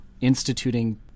instituting